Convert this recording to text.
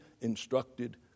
instructed